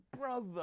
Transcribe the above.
brother